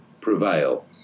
prevail